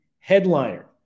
headliner